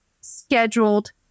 scheduled